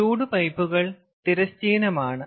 ചൂട് പൈപ്പുകൾ തിരശ്ചീനമാണ്